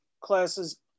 classes